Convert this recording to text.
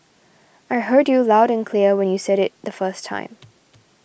I heard you loud and clear when you said it the first time